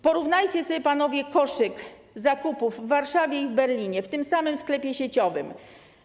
Porównajcie sobie panowie koszyk zakupów w Warszawie i w Berlinie w tym samym sklepie sieciowym.